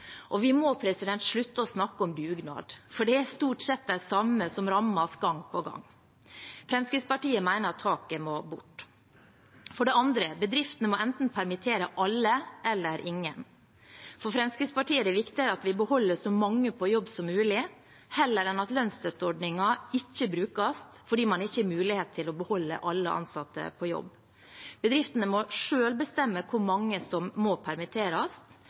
Vi må slutte å snakke om dugnad, for det er stort sett de samme som rammes gang på gang. Fremskrittspartiet mener at taket må bort. For det andre: Bedriftene må permittere enten alle eller ingen. For Fremskrittspartiet er det viktigere at vi beholder så mange på jobb som mulig, heller enn at lønnsstøtteordningen ikke brukes fordi man ikke har mulighet til å beholde alle ansatte på jobb. Bedriftene må selv bestemme hvor mange som må permitteres,